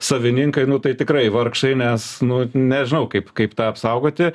savininkai nu tai tikrai vargšai nes nu nežinau kaip kaip tą apsaugoti